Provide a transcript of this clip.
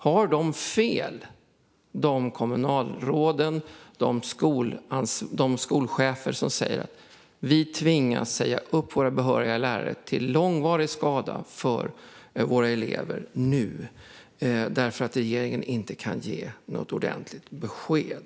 Har de kommunalråd och skolchefer fel som säger: Vi tvingas nu säga upp våra behöriga lärare till långvarig skada för våra elever därför att regeringen inte kan ge något ordentligt besked?